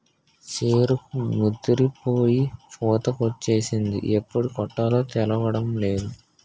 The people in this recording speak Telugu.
సెరుకు ముదిరిపోయి పూతకొచ్చేసింది ఎప్పుడు కొట్టాలో తేలడంలేదు